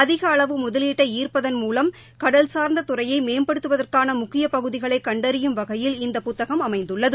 அதிக அளவு முதலீட்டை ஈா்ப்பதன் மூலம் கடல்சார்ந்த துறையை மேம்படுத்துவதற்கான முக்கிய பகுதிகளை கண்டறியும் வகையில் இந்த புத்தகம் அமைந்துள்ளது